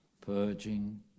purging